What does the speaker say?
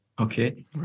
okay